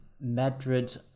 Madrid